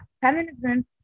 feminism